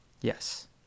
Yes